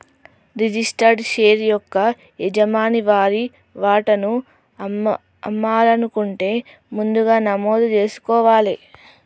registered share యొక్క యజమాని వారి వాటాను అమ్మాలనుకుంటే ముందుగా నమోదు జేసుకోవాలే